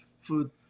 food